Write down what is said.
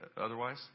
otherwise